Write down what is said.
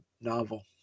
novel